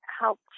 help